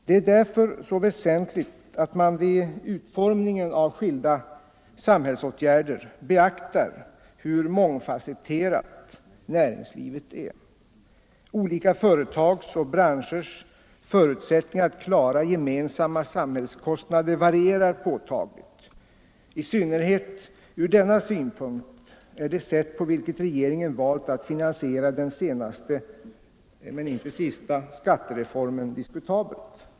Det är därför så väsentligt att man vid utformningen av skilda sam hällsåtgärder beaktar hur mångfasetterat näringslivet är. Olika företags och branschers förutsättningar att klara gemensamma samhällskostnader varierar påtagligt. I synnerhet från denna synpunkt är det sätt diskutabelt på vilket regeringen valt att finansiera den senaste — men inte den sista — skattereformen.